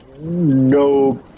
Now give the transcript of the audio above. no